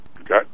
Okay